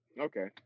Okay